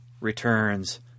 Returns